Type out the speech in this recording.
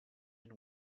and